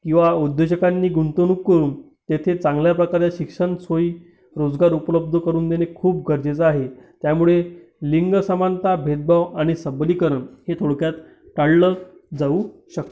किंवा उद्योजकांनी गुंतवणूक करून तेथे चांगल्या प्रकारे शिक्षणसोयी रोजगार उपलब्ध करून देणे खूप गरजेचं आहे त्यामुळे लिंगसमानता भेदभाव आणि सबलीकरण हे थोडक्यात टाळलं जाऊ शकतं